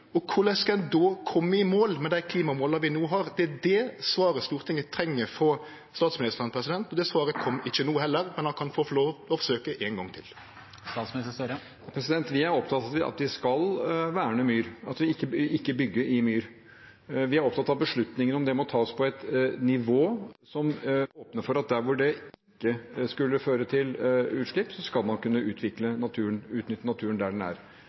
Korleis skal ein då kome i mål med dei klimamåla vi no har? Det er det svaret Stortinget treng frå statsministeren, og det svaret kom ikkje no heller, men han kan få lov til å forsøke ein gong til. Vi er opptatt av at vi skal verne myr og ikke bygge i myr. Vi er opptatt av at beslutninger om det må tas på et nivå som åpner for at der hvor det ikke skulle føre til utslipp, skal man kunne utvikle naturen og utnytte naturen der